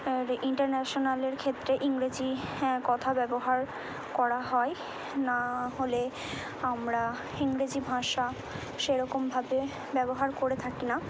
আর ইন্টারন্যাশানালের ক্ষেত্রে ইংরেজি হ্যাঁ কথা ব্যবহার করা হয় না হলে আমরা ইংরেজি ভাষা সেরকমভাবে ব্যবহার করে থাকি না